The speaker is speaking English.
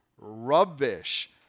rubbish